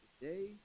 Today